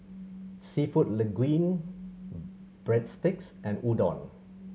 Seafood Linguine Breadsticks and Udon